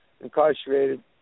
incarcerated